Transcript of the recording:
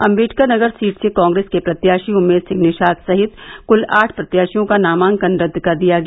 Ambedkar Nagar seat से कांग्रेस के प्रत्याशी उम्मेद सिंह निषाद सहित कुल आठ प्रत्याशियों का नामांकन रद्द कर दिया गया